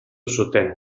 zuten